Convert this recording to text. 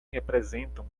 representam